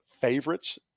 favorites